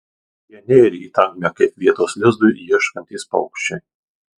jie nėrė į tankmę kaip vietos lizdui ieškantys paukščiai